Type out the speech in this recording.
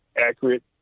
accurate